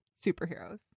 superheroes